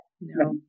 No